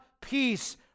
peace